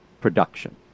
production